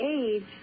age